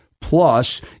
Plus